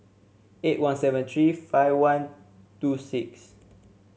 eight one seven three five one two six